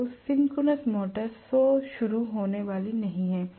तो synchronous motor स्व शुरू होने वाली नहीं है